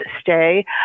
stay